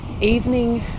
evening